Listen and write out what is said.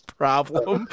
problem